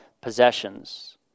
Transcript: possessions